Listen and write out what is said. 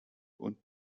und